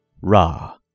Ra